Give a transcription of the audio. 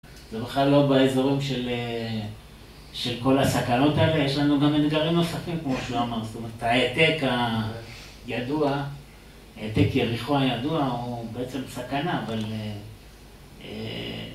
זה בכלל לא באזורים של כל הסכנות האלה, יש לנו גם אתגרים נוספים, כמו שהוא אמר, זאת אומרת, היתק הידוע, היתק יריחו הידוע, הוא בעצם סכנה, אבל...